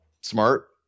smart